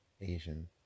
Asian